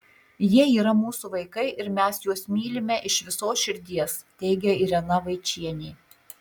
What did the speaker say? jie yra mūsų vaikai ir mes juos mylime iš visos širdies teigia irena vaičienė